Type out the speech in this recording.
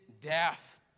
death